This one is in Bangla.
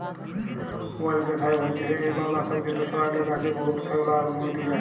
অয়েলগ্যাসাইড হছে শেওলালাসক যেট ছড়াইলে গাহাচে বহুত শেওলা মইরে যায়